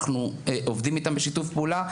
אנחנו עובדים איתם בשיתוף פעולה,